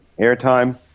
airtime